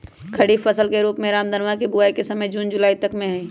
खरीफ फसल के रूप में रामदनवा के बुवाई के समय जून से जुलाई तक में हई